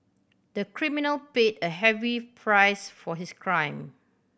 the criminal paid a heavy price for his crime